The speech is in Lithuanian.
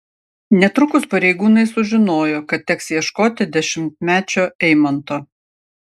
netrukus pareigūnai sužinojo kad teks ieškoti dešimtmečio eimanto